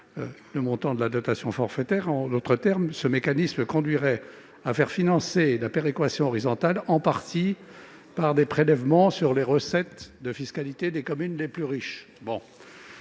celui de la dotation forfaitaire. En d'autres termes, ce mécanisme conduira à faire financer la péréquation horizontale en partie par des prélèvements sur les recettes de fiscalité des communes les plus riches.